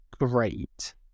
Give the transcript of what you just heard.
great